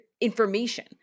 information